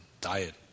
diet